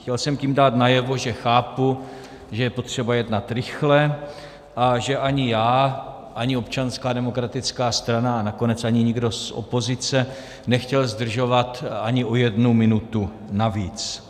Chtěl jsem tím dát najevo, že chápu, že je potřeba jednat rychle a že ani já, ani Občanská demokratická strana a nakonec ani nikdo z opozice nechtěl zdržovat ani o jednu minutu navíc.